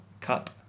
Cup